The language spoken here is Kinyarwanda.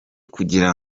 kugira